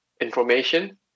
information